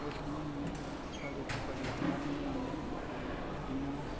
होर बी साढ़े इत्थै बड़े त्यहार मनांदे ऐ जियां